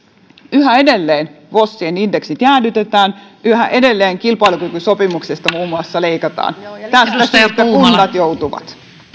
yhä edelleen vosien indeksit jäädytetään yhä edelleen kilpailukykysopimuksesta muun muassa leikataan tämä on sellaista mihin kunnat joutuvat